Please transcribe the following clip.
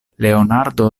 leonardo